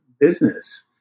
business